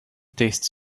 taste